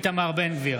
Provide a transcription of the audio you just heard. בעד איתמר בן גביר,